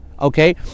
okay